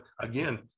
again